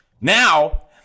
now